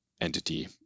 entity